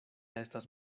estas